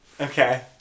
okay